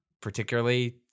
particularly